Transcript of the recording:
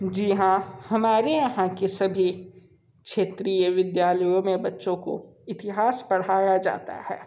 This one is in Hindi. जी हाँ हमारे यहाँ के सभी क्षेत्रीय विद्यालयों में बच्चों को इतिहास पढ़ाया जाता है